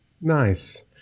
Nice